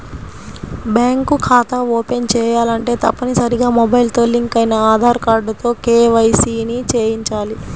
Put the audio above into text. bank ఖాతా open చేయాలంటే తప్పనిసరిగా మొబైల్ తో లింక్ అయిన ఆధార్ కార్డుతో కేవైసీ ని చేయించాలి